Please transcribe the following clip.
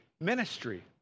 ministry